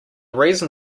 reason